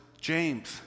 James